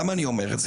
למה אני אומר את זה?